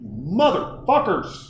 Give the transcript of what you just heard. Motherfuckers